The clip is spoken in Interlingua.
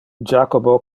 jacobo